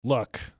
Look